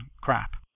crap